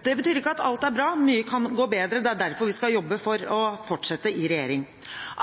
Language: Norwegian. Det betyr ikke at alt er bra. Mye kan gå bedre. Det er derfor vi skal jobbe for å fortsette i regjering.